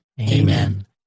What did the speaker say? Amen